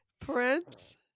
Prince